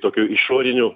tokių išorinių